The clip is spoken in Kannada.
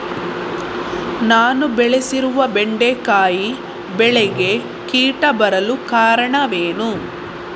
ನಾನು ಬೆಳೆಸಿರುವ ಬೆಂಡೆಕಾಯಿ ಬೆಳೆಗೆ ಕೀಟ ಬರಲು ಕಾರಣವೇನು?